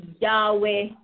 Yahweh